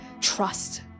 trust